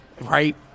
right